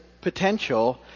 potential